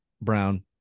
brown